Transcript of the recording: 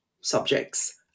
subjects